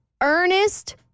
Ernest